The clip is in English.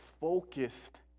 focused